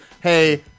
Hey